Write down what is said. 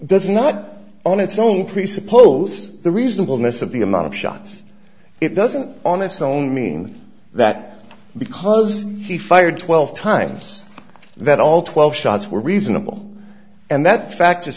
does not on its own presuppose the reasonable miss of the amount of shots it doesn't on its own mean that because he fired twelve times that all twelve shots were reasonable and that fact